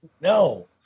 No